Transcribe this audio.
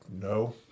No